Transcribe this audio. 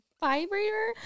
vibrator